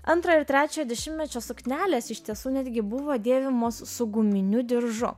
antrojo ir trečiojo dešimtmečio suknelės iš tiesų netgi buvo dėvimos su guminiu diržu